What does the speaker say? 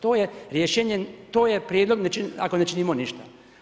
To je rješenje, to je prijedlog ako ne činimo ništa.